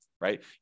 right